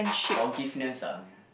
forgiveness ah